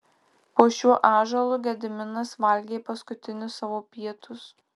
po šiuo ąžuolu gediminas valgė paskutinius savo pietus